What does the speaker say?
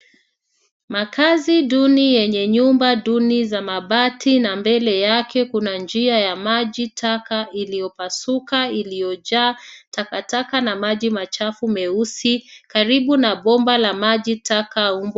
Makazi duni yenye nyumba duni za mabati, na mbele yake kuna njia ya maji taka iliyopasuka iliyojaa takataka na maji machafu meusi karibu na bomba la maji taka.